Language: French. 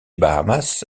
bahamas